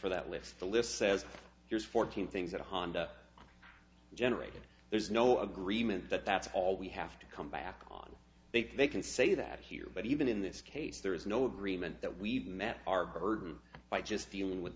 for that list the list says there's fourteen things that honda generated there's no agreement that that's all we have to come back on they think they can say that here but even in this case there is no agreement that we've met our burden by just dealing with